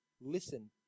listen